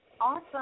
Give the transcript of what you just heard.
Awesome